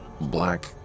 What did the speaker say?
black